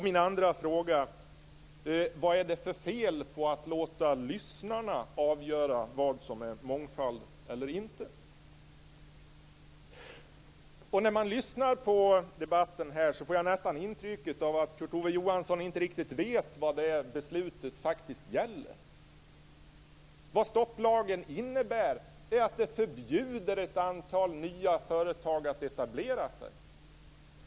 Min andra fråga var: Vad är det fel på att låta lyssnarna avgöra vad som är mångfald eller inte? När man lyssnar på debatten här får jag nästan intrycket att Kurt Ove Johansson inte riktigt vet vad beslutet gäller. Stopplagen förbjuder ett antal nya företag att etablera sig.